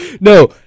no